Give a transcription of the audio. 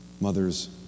mother's